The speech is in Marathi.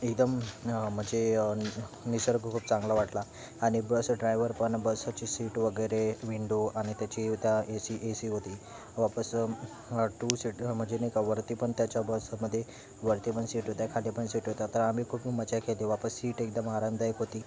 एकदम म्हणजे निसर्ग खूप चांगला वाटला आणि बस ड्रायवर पण बसायची सीट वगैरे विंडो आणि त्याची त्या ए सी ए सी होती वापस टू सीट म्हणजे नाही का वरती पण त्याच्या बसमध्येे वरती पण सीट होत्या खाली पण सीट होता तर आम्ही खूप मजा केली वापस सीट एकदम आरामदायक होती